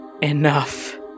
enough